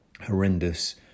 horrendous